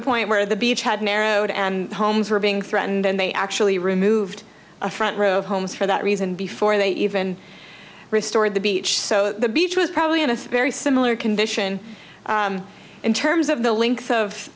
a point where the beach had narrowed and homes were being threatened then they actually removed a front row of homes for that reason before they even restored the beach so the beach was probably in a very similar condition in terms of the links of